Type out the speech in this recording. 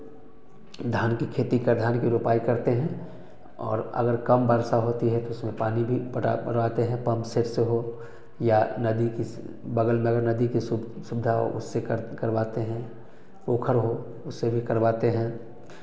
धान की खेती धान की रोपाई करते हैं और अगर कम वर्षा होती है तो उसमें पानी भी पटाते हैं पंपसेट से हो या नदी में बगल में अगर नदी की सुविधा हो तो उसे करवाते हैं पोखर हो उससे भी करवाते हैं